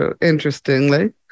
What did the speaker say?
interestingly